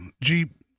Jeep